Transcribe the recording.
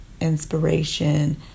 inspiration